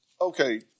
Okay